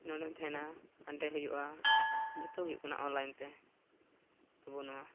ᱱᱚᱸᱰᱮᱢ ᱛᱟᱦᱮᱱᱟ ᱦᱟᱸᱰᱮ ᱦᱩᱭᱩᱜᱼᱟ ᱡᱚᱛᱚ ᱦᱩᱭᱩᱜ ᱠᱟᱱᱟ ᱚᱱᱞᱟᱭᱤᱱᱛᱮ ᱟᱵᱚ ᱱᱚᱣᱟ